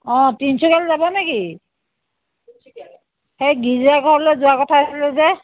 অ' তিনিচুকীয়ালৈ যাব নেকি সেই গীৰ্জা ঘৰলৈ যোৱাৰ কথা আছিলে যে